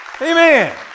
Amen